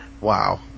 Wow